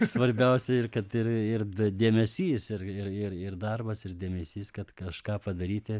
svarbiausia ir kad ir ir dėmesys ir ir ir ir darbas ir dėmesys kad kažką padaryti